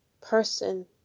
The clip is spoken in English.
person